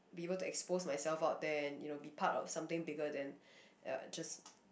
be able to expose myself out there and you know be part of something bigger than just